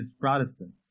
Protestants